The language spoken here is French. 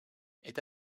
est